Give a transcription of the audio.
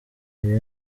iyo